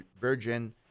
Virgin